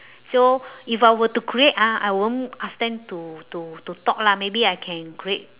so if I were to create ah I won't ask them to to to talk lah maybe I can create